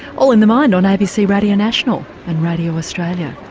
all in the mind on abc radio national and radio australia.